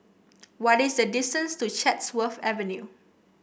what is the distance to Chatsworth Avenue